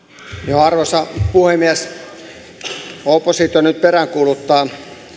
arvoisa puhemies oppositio nyt peräänkuuluttaa